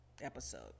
episode